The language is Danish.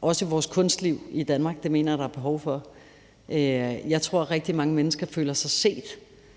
også i vores kunstliv, i Danmark. Det mener jeg der er behov for. Jeg tror, at rigtig mange mennesker føler sig set,